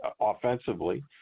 offensively